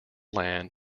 land